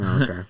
Okay